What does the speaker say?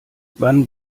wann